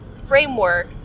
framework